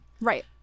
Right